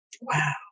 Wow